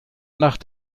nach